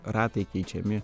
ratai keičiami